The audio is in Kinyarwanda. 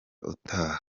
utaha